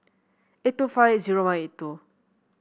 eight two five zero one eight two